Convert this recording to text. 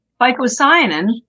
Phycocyanin